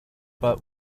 but